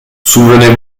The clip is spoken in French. souvenez